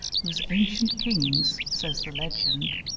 whose ancient kings, says the legend,